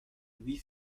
louis